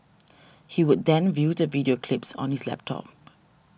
he would then view the video clips on his laptop